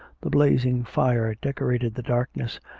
the blazing fire decorated the darkness,